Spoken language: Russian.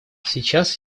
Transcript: сейчас